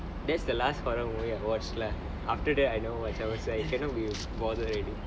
that's the last horror movie I watch lah after that I never watch I was like I cannot be bothered already